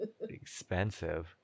Expensive